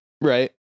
Right